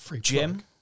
Jim